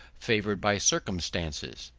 favored by circumstances.